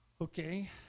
Okay